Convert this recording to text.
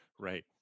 Right